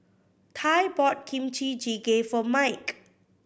Tye bought Kimchi Jjigae for Mike